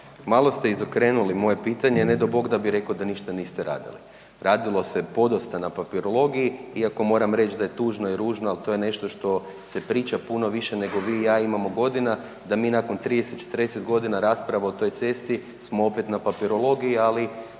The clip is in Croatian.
Malo ste izokrenuli moje pitanje, ne d'o Bog da bi rekao da ništa niste radili. Radilo se podosta na papirologiji, iako moramo reći da je tužno i ružno, ali to je nešto što se priča puno više nego vi i ja imamo godina, da mi nakon 30, 40 godina rasprave o toj cesti smo opet na papirologiji, ali,